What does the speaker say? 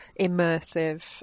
immersive